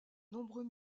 nombreux